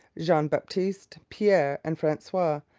jean-baptiste, pierre, and francois,